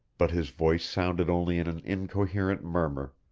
but his voice sounded only in an incoherent murmur.